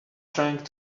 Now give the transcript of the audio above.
trying